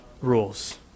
rules